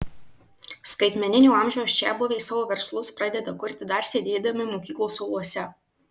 skaitmeninio amžiaus čiabuviai savo verslus pradeda kurti dar sėdėdami mokyklos suoluose